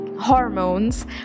hormones